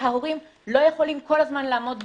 וההורים לא יכולים כל הזמן לעמוד בפרץ.